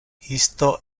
isto